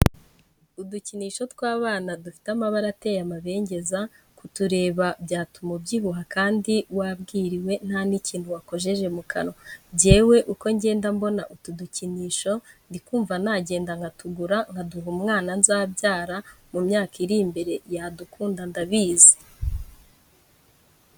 Udukinisho tw'abana dufite amabara ateye amabengeza, kutureba byatuma ubyibuha kandi wabwiriwe nta nikintu wakojeje mu kanwa. Njyewe uko ngenda mbona utu dukinisho ndi kumva nagenda nkatugura nkaduha umwana nzabyara mu myaka iri imbere yadukunda ndabizi.